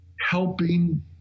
helping